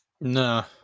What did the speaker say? No